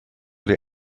they